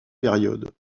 période